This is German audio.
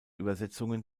übersetzungen